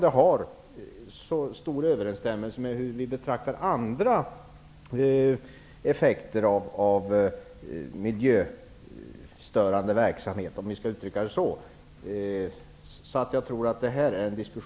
Det har ju så stor överensstämmelse med hur vi betraktar andra effekter av miljöstörande verksamhet, om jag skall uttrycka det så.